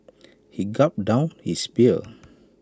he gulped down his beer